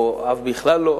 או בכלל לא,